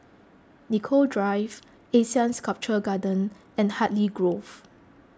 Nicoll Drive Asean Sculpture Garden and Hartley Grove